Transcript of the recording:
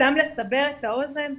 סתם לסבר את האוזן,